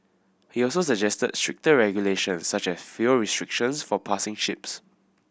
he also suggested stricter regulations such as fuel restrictions for passing ships